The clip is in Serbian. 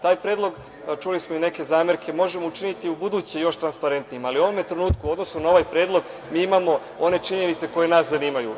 Taj predlog, čuli smo neke zamerke, možemo učiniti ubuduće još transparentnijim, ali u ovom trenutku u odnosu na ovaj predlog imamo one činjenice koje nas zanimaju.